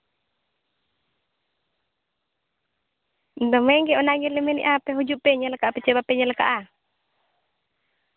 ᱫᱚᱢᱮ ᱜᱮ ᱚᱱᱟ ᱜᱮᱞᱮ ᱢᱮᱱᱟᱜᱼᱟ ᱟᱯᱮ ᱦᱚᱸ ᱦᱤᱡᱩᱜ ᱯᱮ ᱧᱮᱞᱟᱠᱟᱜᱼᱟ ᱥᱮ ᱵᱟᱯᱮ ᱧᱮᱞᱟᱠᱟᱜᱼᱟ